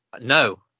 no